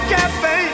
cafe